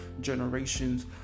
generations